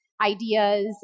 ideas